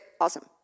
Awesome